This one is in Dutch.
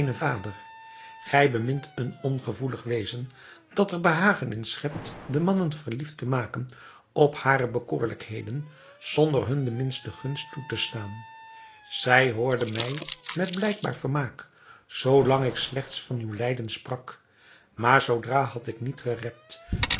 vader gij bemint een ongevoelig wezen dat er behagen in schept de mannen verliefd te maken op hare bekoorlijkheden zonder hun de minste gunst toe te staan zij hoorde mij met blijkbaar vermaak zoo lang ik slechts van uw lijden sprak maar zoodra had ik niet